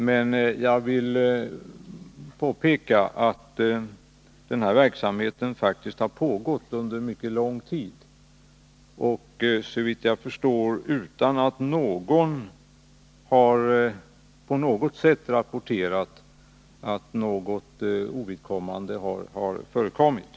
Man jag vill påpeka att den här verksamheten faktiskt har pågått under mycket lång tid, såvitt jag förstår utan att någon på Nr 37 något sätt har rapporterat att något ovidkommande har förekommit.